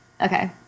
Okay